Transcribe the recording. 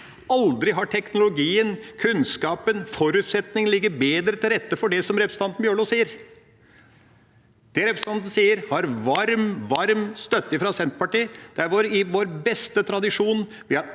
Aldri har teknologien, kunnskapen og forutsetningen ligget bedre til rette for det som representanten Bjørlo sier. Det representanten sier, har varm støtte fra Senterpartiet. Det er i vår beste tradisjon,